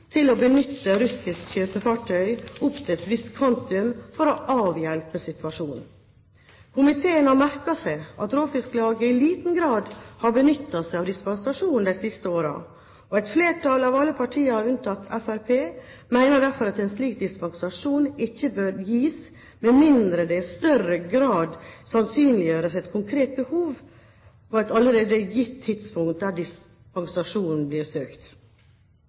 til å benytte russiske kjøpefartøy opp til et visst kvantum for å avhjelpe situasjonen. Komiteen har merket seg at Råfisklaget i liten grad har benyttet seg av dispensasjonen de siste årene, og et flertall av partiene, alle unntatt Fremskrittspartiet, mener derfor at en slik dispensasjon ikke bør gis med mindre det i større grad sannsynliggjøres et konkret behov allerede på det tidspunkt dispensasjonen